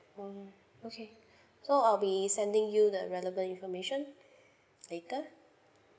oo okay so I'll be sending you the relevant information later